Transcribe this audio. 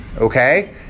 Okay